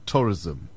Tourism